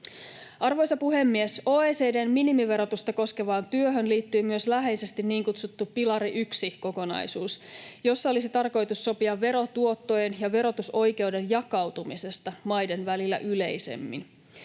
Arvoisa puhemies! OECD:n minimiverotusta koskevaan työhön liittyy läheisesti myös niin kutsuttu pilari 1 ‑kokonaisuus, jossa olisi tarkoitus sopia verotuottojen ja verotusoikeuden jakautumisesta maiden välillä yleisemmin.